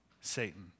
Satan